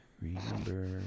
Remember